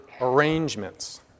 arrangements